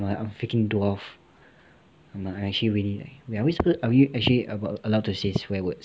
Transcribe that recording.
I'm freaking dwarf I'm actually really like so are we actually allowed to say swear words